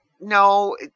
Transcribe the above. no